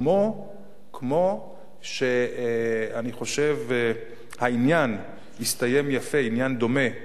כמו שאני חושב העניין הסתיים יפה, עניין דומה,